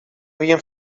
bien